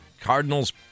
Cardinals